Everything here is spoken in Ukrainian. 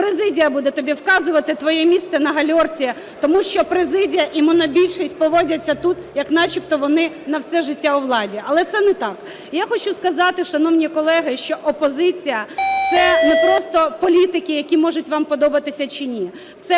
президія буде тобі вказувати твоє місце на гальорці, тому що президія і монобільшість поводяться тут, як начебто вони на все життя у владі. Але це не так. І я хочу сказати, шановні колеги, що опозиція – це не просто політики, які можуть вам подобатися чи не